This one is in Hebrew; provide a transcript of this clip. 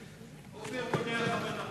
למי ששירת לצבא.